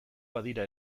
badira